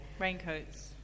Raincoats